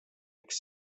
üks